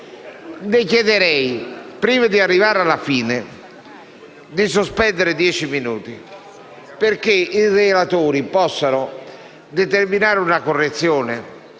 le chiederei, prima di arrivare alla fine, di sospendere la seduta per dieci minuti, affinché i relatori possano determinare una correzione,